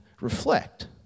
reflect